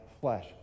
flesh